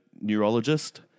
neurologist